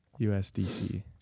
USDC